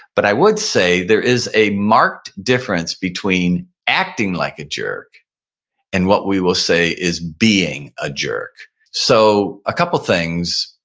but i would say there is a marked difference between acting like a jerk and what we will say is being a jerk so a couple things.